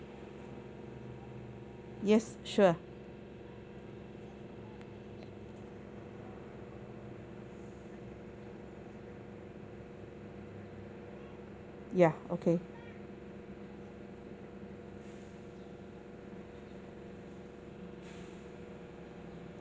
yes sure ya okay